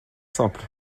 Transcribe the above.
simples